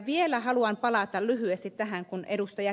vielä haluan palata lyhyesti tähän kun ed